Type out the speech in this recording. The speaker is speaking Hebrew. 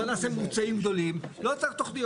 בואו נעשה מבצעים גדולים, לא יותר תוכניות.